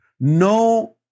no